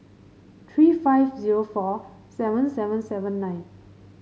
three five zero four seven seven seven nine